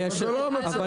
אם